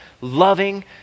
loving